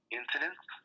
incidents